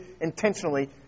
intentionally